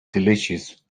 delicious